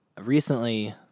recently